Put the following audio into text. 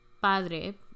padre